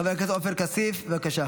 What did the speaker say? חבר הכנסת עופר כסיף, בבקשה.